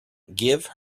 give